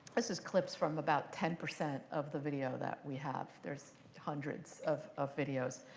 this is clips from about ten percent of the video that we have. there's hundreds of of videos.